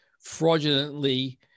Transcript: fraudulently